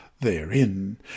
therein